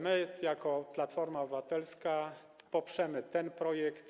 My jako Platforma Obywatelska poprzemy ten projekt.